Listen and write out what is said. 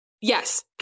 yes